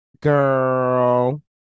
Girl